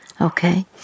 Okay